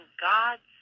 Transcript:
God's